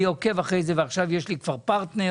אני עוקב אחרי זה, ועכשיו יש לי כבר פרטנר,